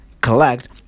collect